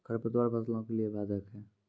खडपतवार फसलों के लिए बाधक हैं?